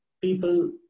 People